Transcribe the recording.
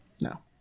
No